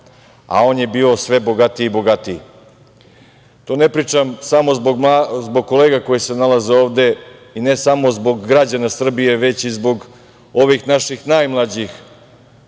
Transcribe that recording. a on je bio sve bogatiji i bogatiji. To ne pričam samo zbog kolega koje se nalaze ovde i ne samo zbog građana Srbije, već i zbog ovih naših najmlađih